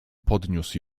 podniósł